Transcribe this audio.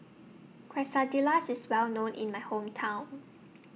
Quesadillas IS Well known in My Hometown